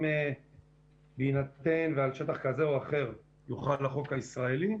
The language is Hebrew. גם בהינתן שעל שטח מסוים יוחל החוק הישראלי,